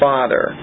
Father